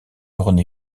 rené